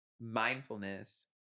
mindfulness